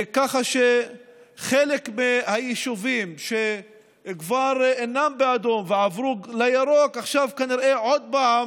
ככה שחלק מהיישובים שכבר אינם באדום ועברו לירוק עכשיו כנראה עוד פעם